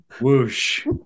Whoosh